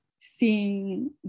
seeing